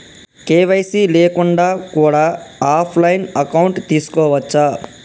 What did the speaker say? KYC లేకుండా కూడా offline account తీసుకోవచ్చా?